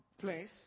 place